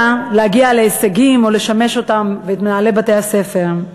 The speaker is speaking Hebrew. להגיע להישגים או לשמש אותם ואת מנהלי בתי-הספר,